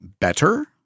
better